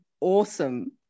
awesome